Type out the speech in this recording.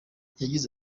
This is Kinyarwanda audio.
yagize